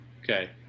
Okay